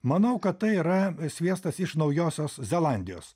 manau kad tai yra sviestas iš naujosios zelandijos